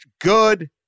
good